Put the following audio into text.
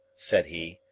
said he,